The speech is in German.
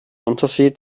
unterschied